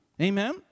Amen